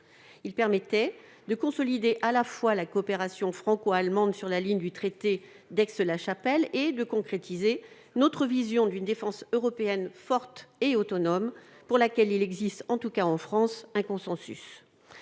part, de consolider la coopération franco-allemande, dans la lignée du traité d'Aix-la-Chapelle, et, d'autre part, de concrétiser notre vision d'une défense européenne forte et autonome, sur laquelle il existe, en tout cas en France, un consensus.